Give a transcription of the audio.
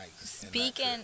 speaking